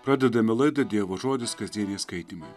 pradedame laidą dievo žodis kasdieniai skaitymai